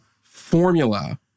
formula